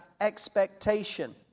expectation